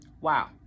Wow